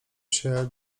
się